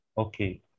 okay